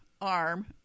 arm